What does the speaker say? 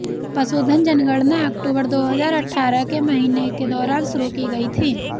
पशुधन जनगणना अक्टूबर दो हजार अठारह के महीने के दौरान शुरू की गई थी